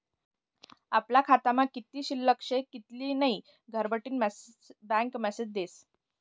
आपला खातामा कित्ली शिल्लक शे कित्ली नै घरबठीन बँक मेसेज देस